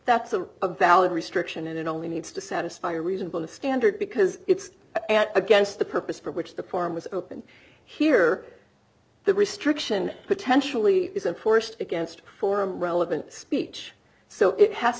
that's a valid restriction and it only needs to satisfy a reasonable standard because it's against the purpose for which the problem was opened here the restriction potentially isn't forced against forum relevant speech so it has